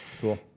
cool